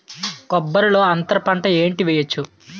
కొబ్బరి లో అంతరపంట ఏంటి వెయ్యొచ్చు?